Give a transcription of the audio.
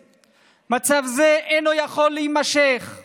מצב זה אינו יכול להימשך,